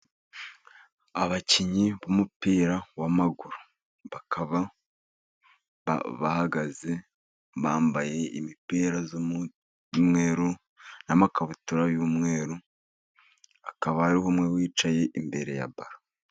Abakinnyi b'umupira w'amaguru, bakaba bahagaze bambaye imipira y'umumweru n'amakabutura y'umweru, hakaba hari umwe wicaye imbere ya baro.